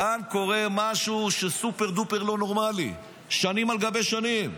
כאן קורה משהו שהוא סופר-דופר לא נורמלי שנים על גבי שנים.